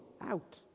out